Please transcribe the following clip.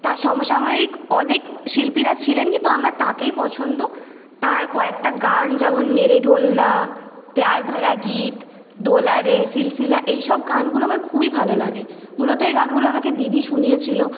তার সমসাময়িক অনেক শিল্পীরা ছিলেন কিন্তু আমার তাকেই পছন্দ তার কয়েকটা গান যেমন মেরে ঢোলনা প্যায়ার ভরা গীত ডোলারে সিলসিলা এইসব গানগুলো আমার খুবই ভালো লাগে মূলত এই গানগুলো আমাকে দিদি শুনিয়েছিলো